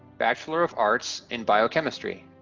bachelor of arts in biochemistry.